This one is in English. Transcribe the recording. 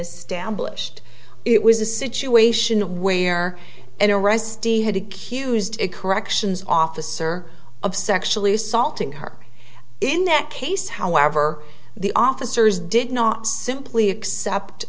established it was a situation where an arrestee had accused a corrections officer of sexually assaulting her in that case however the officers did not simply accept